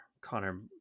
Connor